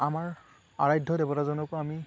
আমাৰ আৰাধ্য দেৱতাজনকো আমি